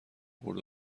برد